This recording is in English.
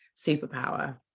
superpower